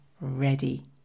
ready